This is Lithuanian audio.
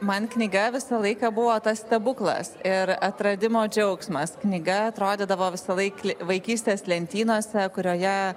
man knyga visą laiką buvo tas stebuklas ir atradimo džiaugsmas knyga atrodydavo visąlaik vaikystės lentynose kurioje